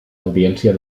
audiència